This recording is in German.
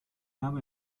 habe